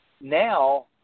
now